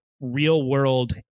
real-world